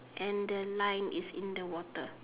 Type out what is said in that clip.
and the line is in the water